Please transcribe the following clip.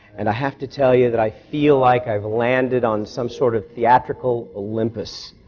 and i have to tell you that i feel like i've landed on some sort of theatrical olympus.